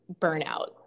burnout